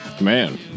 Man